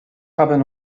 haben